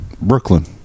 Brooklyn